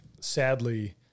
sadly